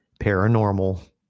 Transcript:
paranormal